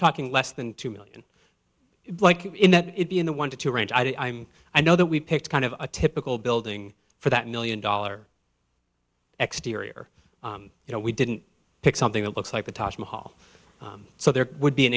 talking less than two million in that it be in the one to two range i mean i know that we picked kind of a typical building for that million dollar exterior you know we didn't pick something that looks like the taj mahal so there would be an